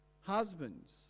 husbands